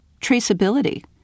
traceability